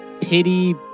pity-